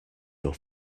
your